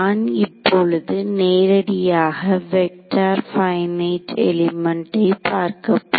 நான் இப்பொழுது நேரடியாக வெக்டார் பையனைட் எலிமெண்ட்டை பார்க்கப் போகிறோம்